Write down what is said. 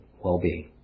well-being